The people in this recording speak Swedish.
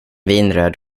vinröd